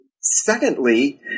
secondly